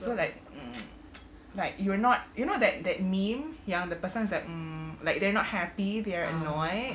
so like um like you're not you know that that meme yang the person is like um like they're not happy they are annoyed